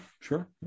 sure